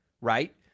right